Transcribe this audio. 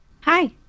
Hi